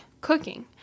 cooking